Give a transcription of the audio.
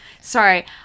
Sorry